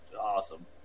awesome